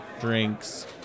drinks